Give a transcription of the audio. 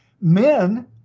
men